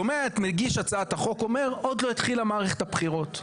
שומע את מגיש הצעת החוק אומר שעוד לא התחילה מערכת הבחירות,